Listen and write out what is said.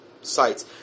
sites